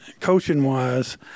coaching-wise